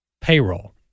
payroll